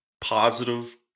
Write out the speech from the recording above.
positive